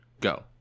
go